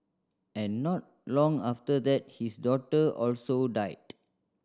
and not long after that his daughter also died